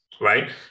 right